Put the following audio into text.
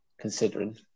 considering